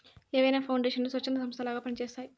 ఏవైనా పౌండేషన్లు స్వచ్ఛంద సంస్థలలాగా పని చేస్తయ్యి